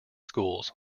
schools